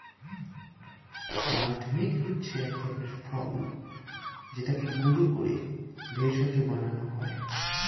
nutmeg হচ্ছে এক ধরনের ফল যেটাকে গুঁড়ো করে ভেষজ বানানো হয়